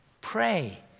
Pray